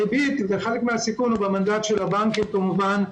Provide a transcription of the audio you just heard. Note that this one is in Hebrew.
כחלק מהסיכום הריבית היא במנדט של הבנקים, כמובן.